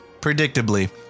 Predictably